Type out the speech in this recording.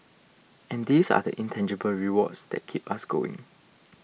and these are the intangible rewards that keep us going